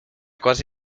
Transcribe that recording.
quasi